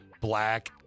black